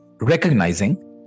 Recognizing